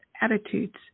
attitudes